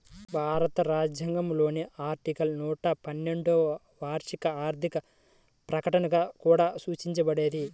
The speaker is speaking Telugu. భారత రాజ్యాంగంలోని ఆర్టికల్ నూట పన్నెండులోవార్షిక ఆర్థిక ప్రకటనగా కూడా సూచించబడేది